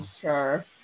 sure